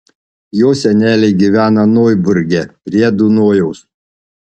jo seneliai gyvena noiburge prie dunojaus